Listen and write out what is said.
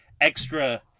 extra